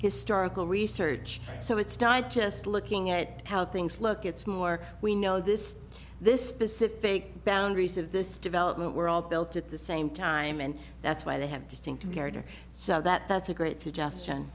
research so it's not just looking at how things look it's more we know this this specific boundaries of this development we're all built at the same time and that's why they have distinctive character so that that's a great